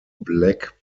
black